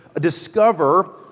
discover